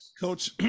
Coach